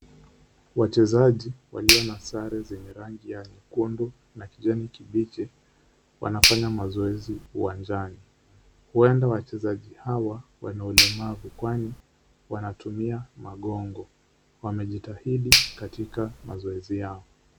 Wachezaji walio na sare zenye rangi ya nyekundu na kijani kibichi wanafanya mazoezi uwanjani, huenda wachezaji hawa wana ulemavu kwani wanatumia magongo wamejitahidi katika mazoezi yao.